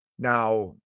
Now